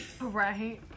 Right